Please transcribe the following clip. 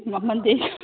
ꯃꯃꯟꯗꯤ